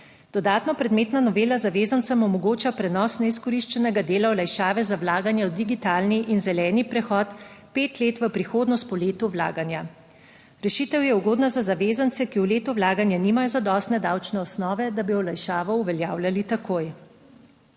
Dodatno predmetna novela zavezancem omogoča prenos neizkoriščenega dela olajšave za vlaganja v digitalni in zeleni prehod pet let v prihodnost po letu vlaganja. Rešitev je ugodna za zavezance, ki v letu vlaganja nimajo zadostne davčne osnove, da bi olajšavo uveljavljali takoj.